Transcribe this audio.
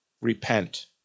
repent